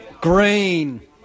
Green